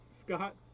Scott